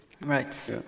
Right